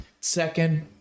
second